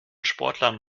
sportlern